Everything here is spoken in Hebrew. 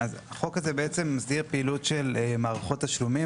החוק הזה מסדיר פעילות של מערכות תשלומים,